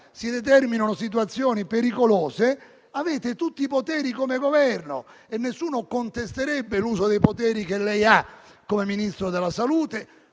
si determinino situazioni pericolose. Avete tutti i poteri come Governo, e nessuno contesterebbe l'uso dei poteri che lei ha come Ministro della salute